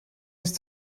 ist